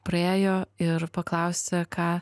priėjo ir paklausė ką